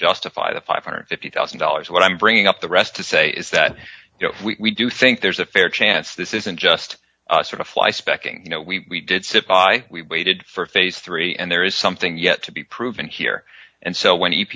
justify the five hundred and fifty thousand dollars what i'm bringing up the rest to say is that you know we do think there's a fair chance this isn't just sort of fly specking you know we did sit by we waited for phase three and there is something yet to be proven here and so when